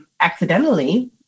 accidentally